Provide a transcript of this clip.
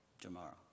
tomorrow